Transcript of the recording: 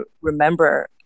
remember